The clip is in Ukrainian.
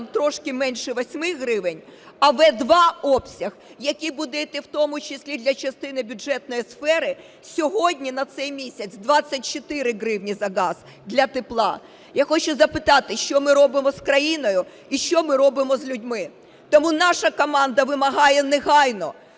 трошки менше 8 гривень, а В2 обсяг, який буде йти в тому числі і для частини бюджетної сфери, сьогодні на цей місяць 24 гривні за газ, для тепла. Я хочу запитати: що ми робимо з країною і що ми робимо з людьми? Тому наша команда вимагає негайно